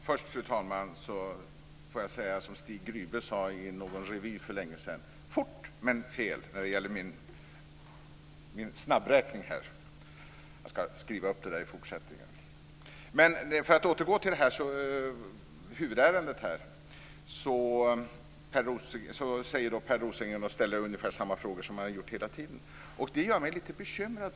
Fru talman! Först får jag säga som Stig Grybe sade i en revy för länge sedan när det gäller min snabbräkning: Fort, men fel. Jag ska skriva upp det där i fortsättningen. Per Rosengren ställer ungefär samma frågor som han har gjort hela tiden, och det gör mig lite bekymrad.